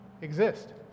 exist